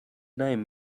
name